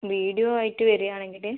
video ആയിട്ട് വരുകയാണെങ്കിൽ